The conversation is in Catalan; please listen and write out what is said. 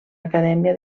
acadèmia